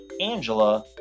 Angela